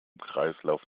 kreislauf